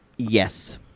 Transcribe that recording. Yes